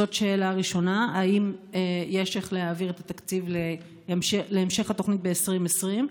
זאת שאלה ראשונה: האם יש איך להעביר את התקציב להמשך התוכנית ב-2020?